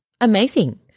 Amazing